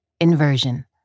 Inversion